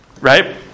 right